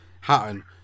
Hatton